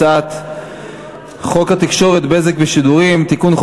הצעת חוק התקשורת (בזק ושידורים) (תיקון,